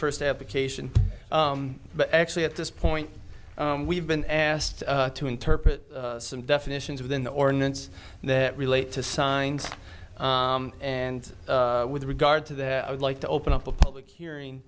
first application but actually at this point we've been asked to interpret some definitions within the ordinance that relate to signs and with regard to that i would like to open up a public hearing